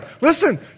listen